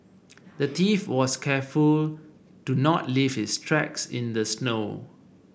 the thief was careful to not leave his tracks in the snow